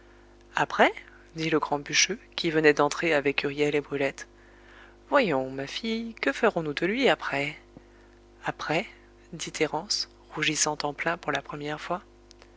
après après dit le grand bûcheux qui venait d'entrer avec huriel et brulette voyons ma fille que ferons-nous de lui après après dit thérence rougissant en plein pour la première fois